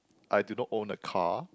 I do not own a car